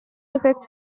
effects